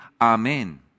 Amen